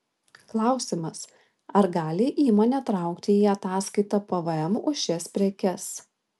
klausimas ar gali įmonė traukti į atskaitą pvm už šias prekes